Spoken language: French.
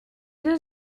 deux